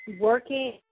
working